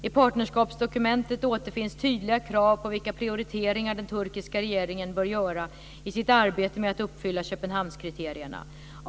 I partnerskapsdokumentet återfinns tydliga krav på vilka prioriteringar den turkiska regeringen bör göra i sitt arbete med att uppfylla Köpenhamnskriterierna.